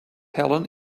helen